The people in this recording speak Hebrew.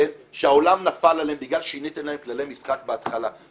שהעולם נפל עליהם בגלל ששיניתם להם כללי משחק בהתחלה.